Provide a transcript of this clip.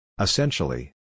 Essentially